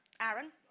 Aaron